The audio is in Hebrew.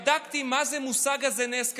בדקתי מה זה המושג הזה, נס כלכלי.